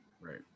Right